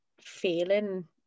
feeling